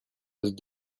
cause